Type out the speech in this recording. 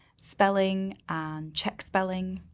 spelling and check spelling.